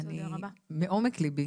מעומק ליבי,